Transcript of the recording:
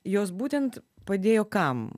jos būtent padėjo kam